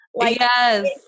Yes